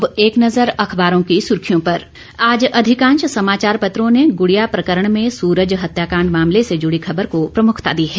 अब एक नजर अखबारों की सुर्खियों पर आज अधिकांश समाचार पत्रों ने गुड़िया प्रकरण में सूरज हत्याकांड मामले से जुड़ी खबर को प्रमुखता दी है